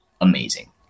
amazing